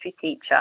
teacher